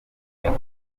ntego